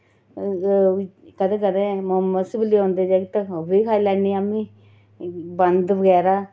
कदें कदें मोमोस बी लेओंदे जाकत ओह् बी खाई लैन्नीं आमी बंद बगैरा